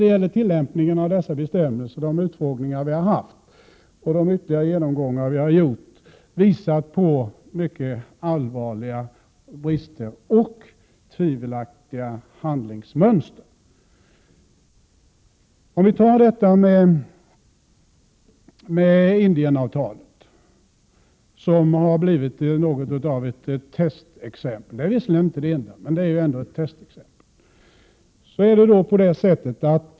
Beträffande tillämpningen av dessa bestämmelser har de utfrågningar som vi haft och de ytterligare genomgångar som vi gjort visat på mycket allvarliga brister och tvivelaktiga handlingsmönster. Indienavtalet har blivit något av ett testexempel, även om det i och för sig inte är det enda exemplet.